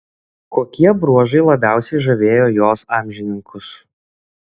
kokie bruožai labiausiai žavėjo jos amžininkus